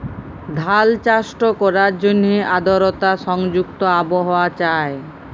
ধাল চাষট ক্যরার জ্যনহে আদরতা সংযুক্ত আবহাওয়া চাই